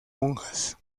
monjas